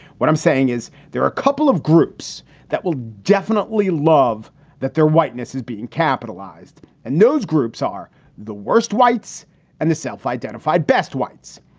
what i'm saying is there are a couple of groups that will definitely love that their whiteness is being capitalized and those groups are the worst whites and the self-identified best whites.